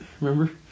Remember